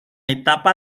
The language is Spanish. etapa